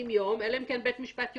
קסדות תכף.